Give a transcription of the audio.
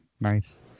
nice